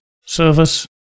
service